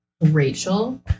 Rachel